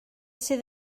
sydd